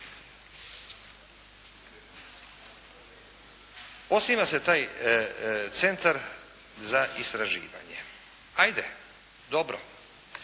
Osniva se taj Centar za istraživanje. 'Ajde dobro.